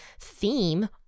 theme